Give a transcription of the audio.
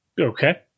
Okay